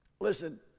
listen